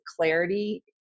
clarity